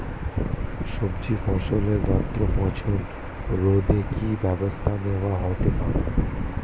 সবজি ফসলের দ্রুত পচন রোধে কি ব্যবস্থা নেয়া হতে পারে?